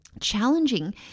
challenging